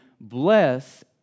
bless